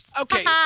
Okay